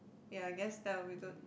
ya I guess that will be good